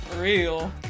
real